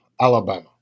Alabama